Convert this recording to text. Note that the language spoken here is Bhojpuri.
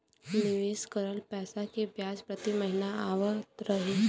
निवेश करल पैसा के ब्याज प्रति महीना आवत रही?